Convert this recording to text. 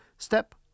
step